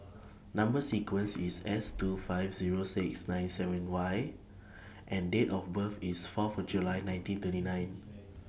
Number sequence IS S two five Zero six nine seven Y and Date of birth IS Fourth July nineteen thirty nine